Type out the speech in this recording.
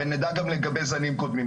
ונדע גם לגבי זנים קודמים.